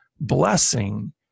blessing